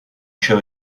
cho